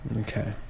Okay